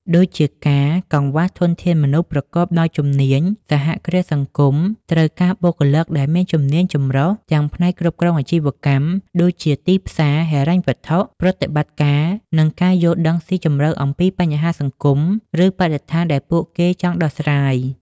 ដូចជាការកង្វះធនធានមនុស្សប្រកបដោយជំនាញសហគ្រាសសង្គមត្រូវការបុគ្គលិកដែលមានជំនាញចម្រុះ ទាំងផ្នែកគ្រប់គ្រងអាជីវកម្ម ដូចជាទីផ្សារ ហិរញ្ញវត្ថុ ប្រតិបត្តិការ និងការយល់ដឹងស៊ីជម្រៅអំពីបញ្ហាសង្គម ឬបរិស្ថានដែលពួកគេចង់ដោះស្រាយ ។